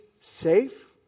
safe